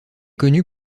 connue